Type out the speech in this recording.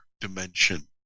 dimension